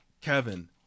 Kevin